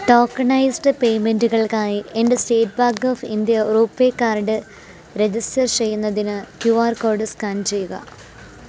tokenised പെയ്മെൻ്റുകൾക്കായ് എൻ്റെ State Bank of India RuPay card register ചെയ്യുന്നതിന് ക്യൂ ആർ കോഡ് സ്കാൻ ചെയ്യുക